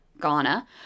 Ghana